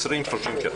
עשרים ושלושים שנה.